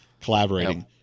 collaborating